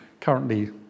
currently